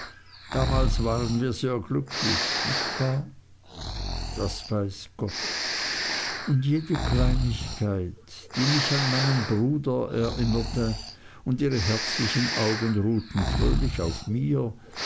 damals waren wir sehr glücklich nicht wahr das weiß gott und jede kleinigkeit die mich an meinen bruder erinnerte und ihre herzlichen augen ruhten fröhlich auf mir